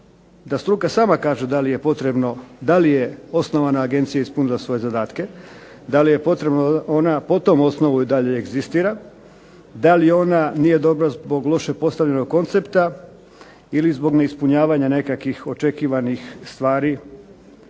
da struka sama kaže da li je potrebno da li je osnovana agencija ispunila svoje zadatke, da li je potrebno da ona po tom osnovu i dalje egzistira, da li ona nije dobra zbog loše postavljenog koncepta ili zbog neispunjavanja nekakvih očekivanih stvari,